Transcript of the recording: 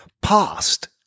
Past